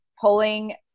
pulling